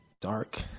dark